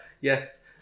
yes